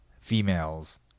females